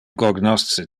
cognosce